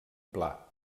pla